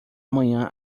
amanhã